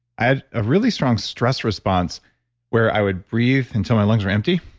i had a really strong stress response where i would breathe until my lungs were empty.